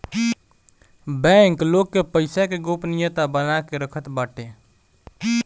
bank लोग के पईसा के गोपनीयता बना के रखत बाटे